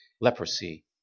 Leprosy